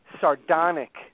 sardonic